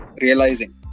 realizing